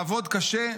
לעבוד קשה?